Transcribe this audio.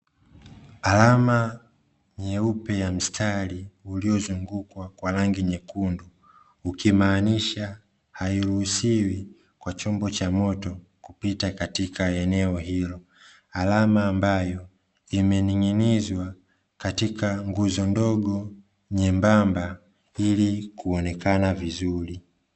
Alama nyeupe ya mstari uliyozungukwa kwa rangi nyekundu, ukimaanisha hairuhusiwi kwa chombo cha moto kupita katika eneo hilo alama ambayo imening'inizwa katika nguzo ndogo nyembamba ili kuonekana vizuri.